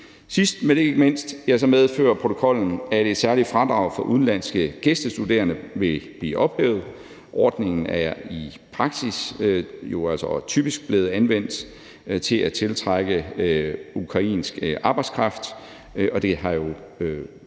Sidst, men ikke mindst, medfører protokollen, at et særligt fradrag for udenlandske gæstestuderende vil blive ophævet. Ordningen er jo i praksis typisk blevet anvendt til at tiltrække ukrainsk arbejdskraft, og det har jo